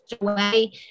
away